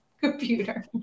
computer